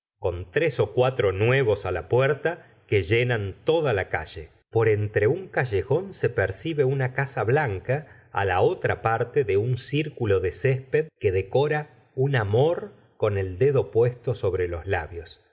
con tres ó cuatro nuevos la puerta que llenan toda la calle por entre un callejón se percibe una casa blanca la otra parte de un circulo de cesped que decora un amor con el dedo puesto sobre los labios